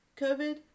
COVID